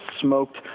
smoked